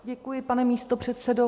Děkuji, pane místopředsedo.